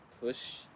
push